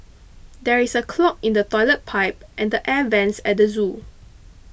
there is a clog in the Toilet Pipe and the Air Vents at the zoo